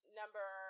number